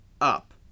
up